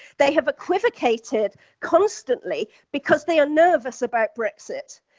they have equivocated constantly because they are nervous about brexit,